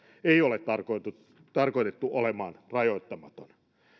ei ole tarkoitettu tarkoitettu olemaan rajoittamaton